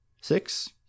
six